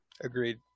Agreed